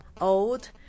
old